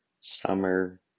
summer